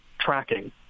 tracking